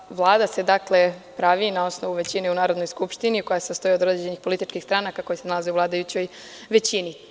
Dakle, Vlada se pravi na osnovu većine u Narodnoj skupštini koja se sastoji od određenih političkih stranaka koje se nalaze u vladajućoj većini.